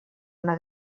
una